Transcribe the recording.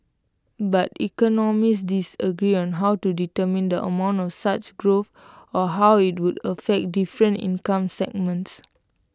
but economists disagree on how to determine the amount of such growth or how IT would affect different income segments